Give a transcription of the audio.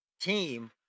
team